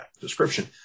description